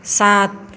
सात